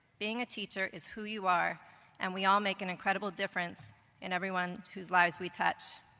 being a teacher is who you are and we all make an incredible difference in everyone whose lives we touch.